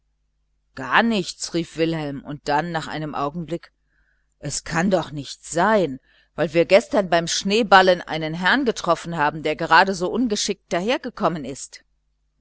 gar nichts rief wilhelm und dann nach einem augenblick es kann doch nicht sein weil wir gestern beim schneeballen einen herrn getroffen haben der gerade so ungeschickt daher gekommen ist